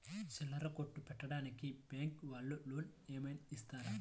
చిల్లర కొట్టు పెట్టుకోడానికి బ్యాంకు వాళ్ళు లోన్ ఏమైనా ఇస్తారా?